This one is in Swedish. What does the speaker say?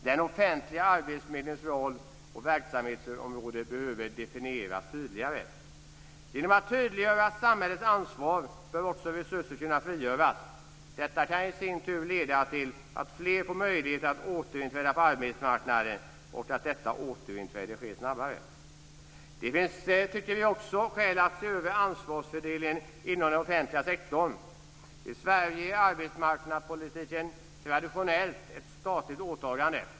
Den offentliga arbetsförmedlingens roll och verksamhetsområde behöver definieras tydligare. Genom att tydliggöra samhällets ansvar bör också resurser kunna frigöras. Detta kan i sin tur leda till att fler får möjlighet att återinträda på arbetsmarknaden och att detta återinträde sker snabbare. Vi tycker också att det finns skäl att se över ansvarsfördelningen inom den offentliga sektorn. I Sverige är arbetsmarknadspolitiken traditionellt ett statligt åtagande.